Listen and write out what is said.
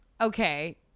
okay